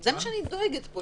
זה מה שאני דואגת פה.